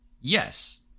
Yes